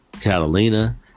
Catalina